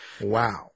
Wow